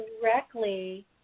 directly